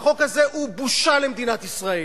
והחוק הזה הוא בושה למדינת ישראל.